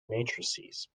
matrices